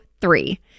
three